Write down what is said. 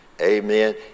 Amen